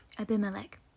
Abimelech